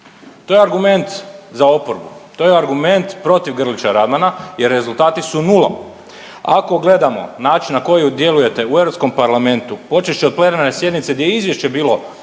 To je argument za oporbu, to je argument protiv Grlića Radmana jer rezultati su nula. Ako gledamo način na koji djelujete u europskom parlamentu počevši od plenarne sjednice gdje je izvješće bilo